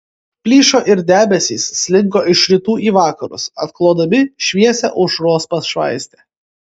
plyšo ir debesys slinko iš rytų į vakarus atklodami šviesią aušros pašvaistę